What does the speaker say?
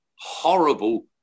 horrible